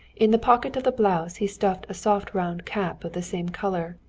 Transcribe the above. in the pocket of the blouse he stuffed a soft round cap of the same color.